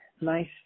nice